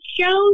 shows